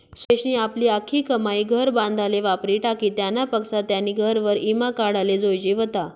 सुरेशनी आपली आख्खी कमाई घर बांधाले वापरी टाकी, त्यानापक्सा त्यानी घरवर ईमा काढाले जोयजे व्हता